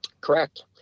Correct